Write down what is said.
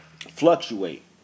fluctuate